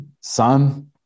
Son